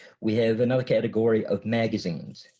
we have another category of magazines.